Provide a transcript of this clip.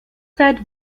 zeit